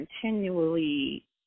continually